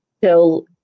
till